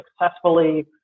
successfully